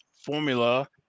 formula